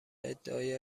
ادعای